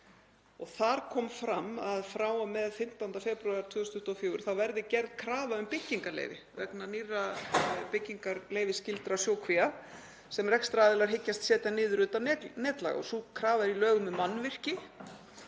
Þar kom fram að frá og með 15. febrúar 2024 verði gerð krafa um byggingarleyfi vegna nýrra byggingarleyfisskyldra sjókvía sem rekstraraðilar hyggjast setja niður utan netlaga. Sú krafa er í lögum um mannvirki